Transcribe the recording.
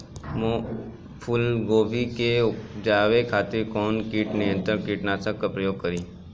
फुलगोबि के उपजावे खातिर कौन कीट नियंत्री कीटनाशक के प्रयोग करी?